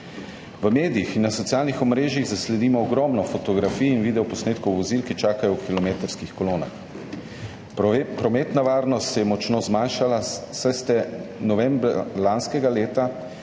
V medijih in na socialnih omrežjih zasledimo ogromno fotografij in videoposnetkov vozil, ki čakajo v kilometrskih kolonah. Prometna varnost se je močno zmanjšala, saj ste novembra lanskega leta